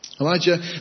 Elijah